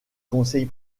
conseil